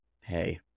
hey